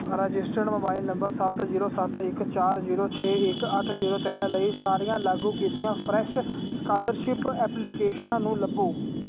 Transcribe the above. registered mobile number ਸੱਤ zero ਸੱਤ ਇੱਕ ਚਾਰ ਜੀਰੋ ਛੇ ਇੱਕ ਅੱਠ ਜੀਰੋ ਤਿੰਨ ਲਈ ਸਾਰੀਆਂ ਲਾਗੂ ਕੀਤੀਆਂ ਫਰੈਸ਼ ਸਕਾਲਰਸ਼ਿਪ ਐਪਲੀਕੇਸ਼ਨਾਂ ਨੂੰ ਲੱਭੋ